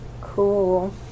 Cool